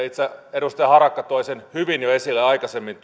edustaja harakka toi hyvin esille jo aikaisemmin